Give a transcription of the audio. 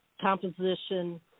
composition